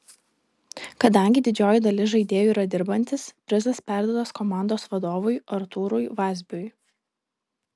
kadangi didžioji dalis žaidėjų yra dirbantys prizas perduotas komandos vadovui artūrui vazbiui